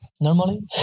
normally